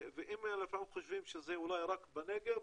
אם לפעמים חושבים שזה אולי רק בנגב,